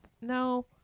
No